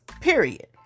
Period